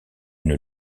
une